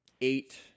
eight